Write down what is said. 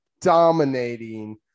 dominating